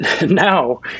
now